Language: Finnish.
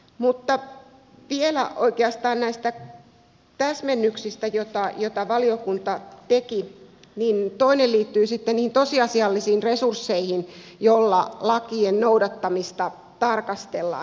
mutta vielä oikeastaan näistä täsmennyksistä joita valiokunta teki toinen liittyy sitten niihin tosiasiallisiin resursseihin joilla lakien noudattamista tarkastellaan